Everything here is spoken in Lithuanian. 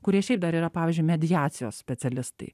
kurie šiaip dar yra pavyzdžiui mediacijos specialistai